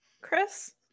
Chris